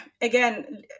Again